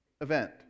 event